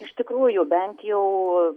iš tikrųjų bent jau